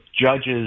judges